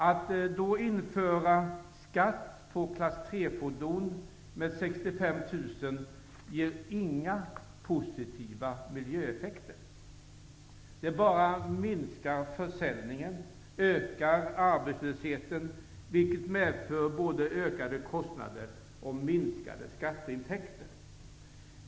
Att då införa en skatt på klass 3-fordon med 65 000 kr ger inga positiva miljöeffekter. Det minskar bara försäljningen och ökar arbetslösheten, vilket medför både ökade kostnader och minskade skatteintäkter.